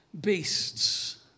beasts